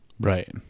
Right